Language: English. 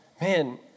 man